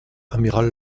amiral